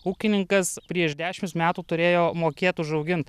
ūkininkas prieš dešims metų turėjo mokėt užaugint